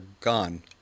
gone